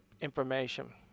Information